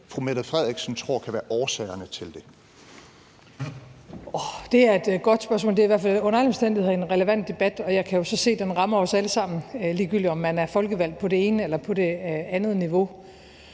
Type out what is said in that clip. høre, hvad fru Mette Frederiksen tror kan være årsagerne til det. Kl. 13:15 Mette Frederiksen (S): Det er et godt spørgsmål. Det er i hvert fald under alle omstændigheder en relevant debat, og jeg kan jo så se, at den rammer os alle sammen, ligegyldigt om man er folkevalgt på det ene eller på det andet niveau.